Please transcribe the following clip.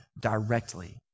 directly